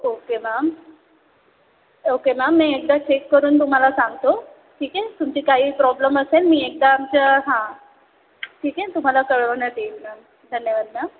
okay ma'am okay ma'am मी एकदा check करून तुम्हाला सांगतो ठीक आहे तुमची काही प्रॉब्लेम असेल मी एकदा आमच्या हां ठीक आहे तुम्हाला कळवण्यात येईल मॅम धन्यवाद मॅम